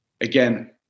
again